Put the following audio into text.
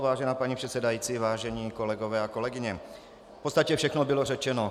Vážená paní předsedající, vážení kolegové a kolegyně, v podstatě všechno bylo řečeno.